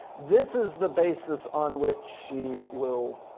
this is the basis on which she will